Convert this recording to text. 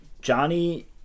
Johnny